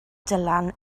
dylan